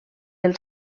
del